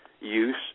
use